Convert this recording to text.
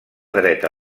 dreta